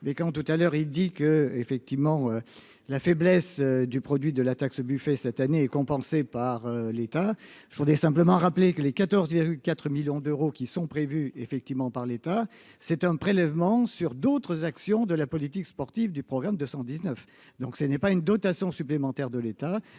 mais quand tout à l'heure, il dit que, effectivement, la faiblesse du produit de la taxe Buffet cette année est compensé par l'État, je voudrais simplement rappeler que les 14 il y a eu 4 millions d'euros qui sont prévues, effectivement, par l'État, c'est un prélèvement sur d'autres actions de la politique sportive du programme 219 donc, ce n'est pas une dotation supplémentaire de l'État,